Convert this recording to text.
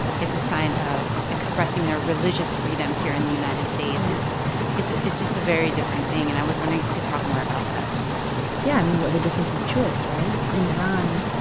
it's a sign of expressing their religious freedom here in the united states right it's it's just a very different thing, and i was wondering if you could talk more about that yeah, i mean, what the difference is choice, right? in iran,